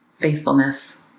faithfulness